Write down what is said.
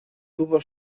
tuvo